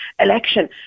election